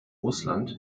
russland